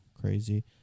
crazy